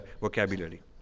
vocabulary